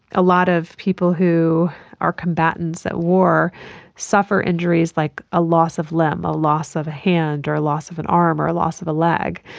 a lot of people who are combatants at war suffer injuries like a loss of limb, a loss of a hand or loss of an arm or loss of a leg.